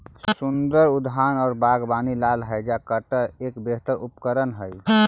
सुन्दर उद्यान और बागवानी ला हैज कटर एक बेहतर उपकरण हाई